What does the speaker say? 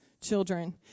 children